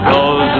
Cause